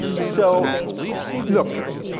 so look,